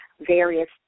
various